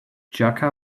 jaka